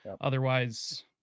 Otherwise